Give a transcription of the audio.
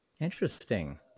Interesting